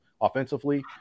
offensively